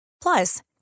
Plus